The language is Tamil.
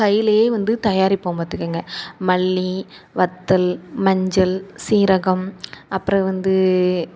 கைலேயே வந்து தயாரிப்போம் பார்த்துக்கோங்க மல்லி வத்தல் மஞ்சள் சீரகம் அப்புறம் வந்து